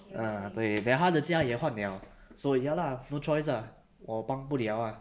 ah 对 then 他的家也换 liao so ya lah no choice lah 我帮不了 ah